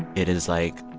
it it is, like,